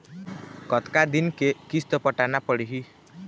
कतका दिन के किस्त पटाना पड़ही?